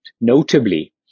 Notably